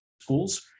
schools